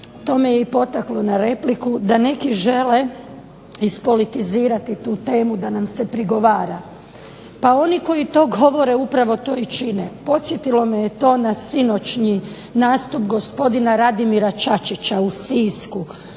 to me i potaklo na repliku, da neki žele ispolitizirati tu temu da nam se prigovara. Pa oni koji to govore upravo to i čine. Podsjetilo me je to na sinoćnji nastup gospodina Radimira Čačića u Sisku